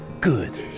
good